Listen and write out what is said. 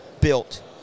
built